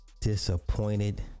disappointed